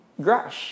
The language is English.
Grash